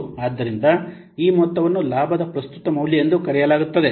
ಆದ್ದರಿಂದ ಈ ಮೊತ್ತವನ್ನು ಲಾಭದ ಪ್ರಸ್ತುತ ಮೌಲ್ಯ ಎಂದು ಕರೆಯಲಾಗುತ್ತದೆ